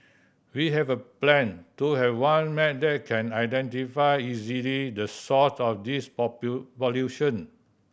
we have a plan to have one map that can identify easily the source of this